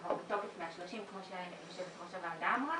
הוא כבר בתוקף מה-30 כמו שיושבת-הראש אמרה,